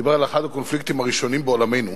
דיבר על אחד הקונפליקטים הראשונים בעולמנו,